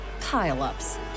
pile-ups